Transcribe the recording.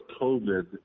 COVID